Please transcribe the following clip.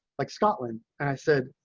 like, scotland, i said.